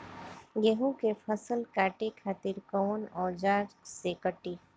गेहूं के फसल काटे खातिर कोवन औजार से कटी?